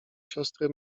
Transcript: siostry